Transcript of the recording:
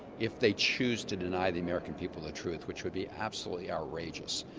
if they choose to deny the american people the truth which would be absolutely outrageous,